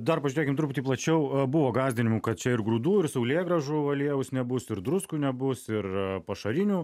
dabar pažiūrėkim truputį plačiau buvo gąsdinimų kad čia ir grūdų ir saulėgrąžų aliejaus nebus ir druskų nebus ir pašarinių